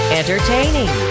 entertaining